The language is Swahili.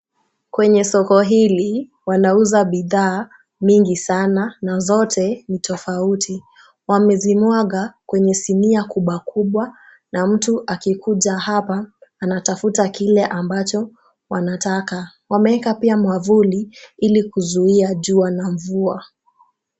Kwenye soko hili wanauza bidhaa mingi sana na zote ni tofauti. Wamezimwaga kwa sinia kubwakubwa na mtu akikuja hapa anatafta kile ambacho wanataka. Wameeka pia mwavuli ili kuzuia jua na mvua.